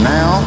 Now